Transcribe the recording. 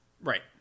Right